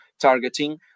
targeting